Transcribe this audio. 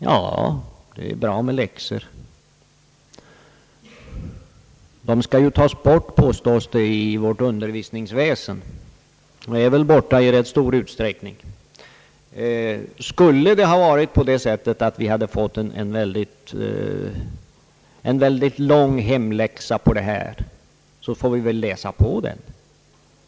Ja, det är kanske bra med läxor — de skall ju tas bort i våra skolor, påstår man, och är väl redan borta i rätt stor utsträckning. Skulle det vara så att vi fått en väldigt lång hemläxa på den här punkten skall vi naturligtvis läsa på den.